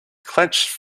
clenched